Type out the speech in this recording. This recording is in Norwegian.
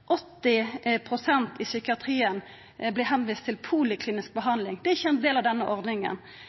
80 pst. i psykiatrien vert viste til poliklinisk behandling. Det er ikkje ein del av denne ordninga.